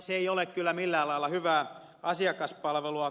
se ei ole kyllä millään lailla hyvää asiakaspalvelua